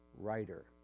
writer